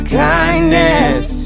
kindness